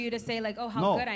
No